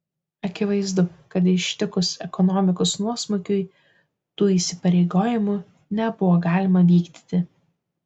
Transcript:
akivaizdu kad ištikus ekonomikos nuosmukiui tų įsipareigojimų nebuvo galima vykdyti